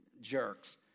jerks